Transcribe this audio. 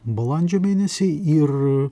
balandžio mėnesį ir